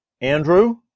Andrew